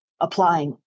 Applying